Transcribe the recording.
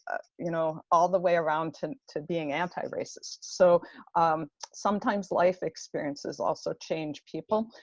you know all the way around to to being anti-racist. so sometimes life experiences also change people.